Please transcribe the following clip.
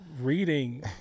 reading